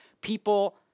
people